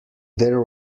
there